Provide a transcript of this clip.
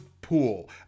pool